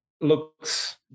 looks